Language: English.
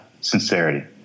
sincerity